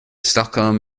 stockholm